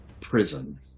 prison